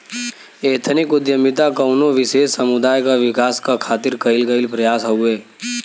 ethnic उद्दमिता कउनो विशेष समुदाय क विकास क खातिर कइल गइल प्रयास हउवे